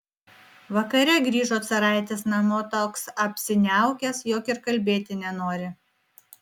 vakare grįžo caraitis namo toks apsiniaukęs jog ir kalbėti nenori